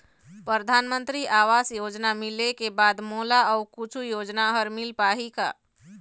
परधानमंतरी आवास योजना मिले के बाद मोला अऊ कुछू योजना हर मिल पाही का?